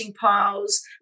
piles